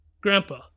Grandpa